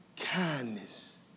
kindness